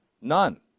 None